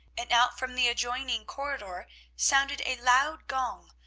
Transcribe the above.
and out from the adjoining corridor sounded a loud gong,